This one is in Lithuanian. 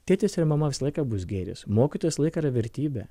tėtis ir mama visą laiką bus gėris mokytojas visą laiką yra vertybė